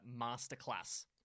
Masterclass